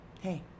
Hey